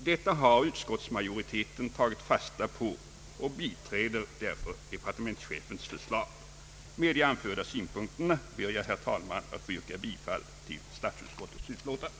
Detta har utskottsmajoriteten tagit fasta på och biträder därför departementschefens förslag. Med de anförda synpunkterna ber jag, herr talman, att få yrka bifall till utskottets hemställan.